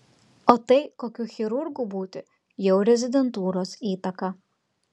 o tai kokiu chirurgu būti jau rezidentūros įtaka